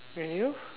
and you